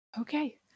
okay